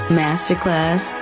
masterclass